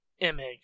image